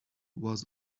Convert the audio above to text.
was